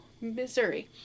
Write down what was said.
Missouri